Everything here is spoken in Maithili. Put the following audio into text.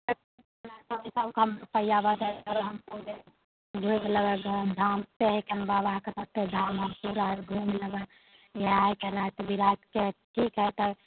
घुमि लेबै रहैके राति बिराइतके ठीक है तऽ